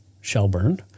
shelburne